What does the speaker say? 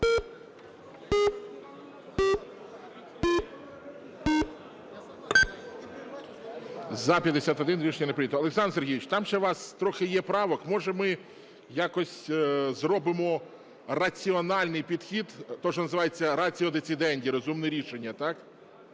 За-51 Рішення не прийнято. Олександр Сергійович, там ще у вас трохи є правок. Може, ми якось зробимо раціональний підхід, те, що називається Ratio Decidendi – розумне рішення, так?